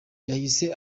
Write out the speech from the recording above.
yahise